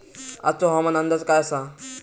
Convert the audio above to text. आजचो हवामान अंदाज काय आसा?